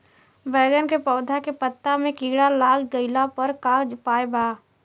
बैगन के पौधा के पत्ता मे कीड़ा लाग गैला पर का उपाय बा?